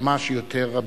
כמה שיותר,